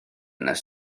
nes